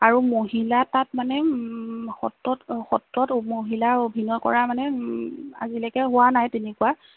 আৰু মহিলা তাত মানে সত্ৰত সত্ৰত মহিলা অভিনয় কৰা মানে আজিলৈকে হোৱা নাই তেনেকুৱা